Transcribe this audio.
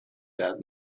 that